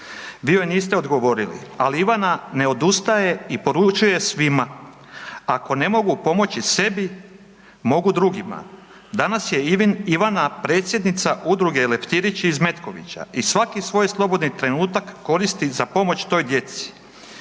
Vi joj niste odgovorili, ali Ivana ne odustaje i poručuje svima ako ne mogu pomoći sebi, mogu drugima. Danas je Ivana predsjednica udruge „Leptirić“ iz Metkovića i svaki svoj slobodni trenutak koristi za pomoć toj djeci.